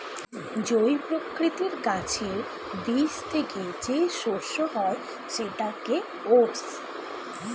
জই প্রকৃতির গাছের বীজ থেকে যে শস্য হয় সেটাকে ওটস